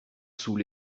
sous